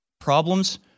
problems